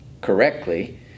correctly